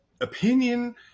opinion